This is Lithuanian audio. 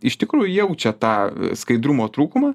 iš tikrųjų jaučia tą skaidrumo trūkumą